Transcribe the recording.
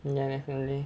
ya definitely